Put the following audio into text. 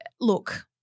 look